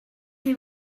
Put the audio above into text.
chi